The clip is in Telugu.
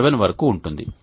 7 వరకు ఉంటుంది